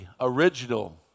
original